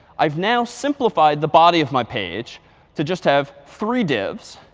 i've now simplified the body of my page to just have three divs,